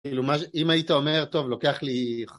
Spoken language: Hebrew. כאילו, אם היית אומר, טוב, לוקח לי...